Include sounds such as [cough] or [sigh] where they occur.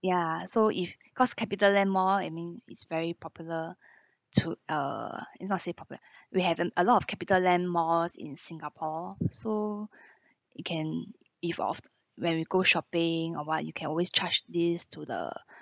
ya so if cause capitaland mall I mean is very popular to uh it's not say popu~ we have um a lot of capitaland malls in singapore so [breath] it can if all when we go shopping or what you can always charge this to the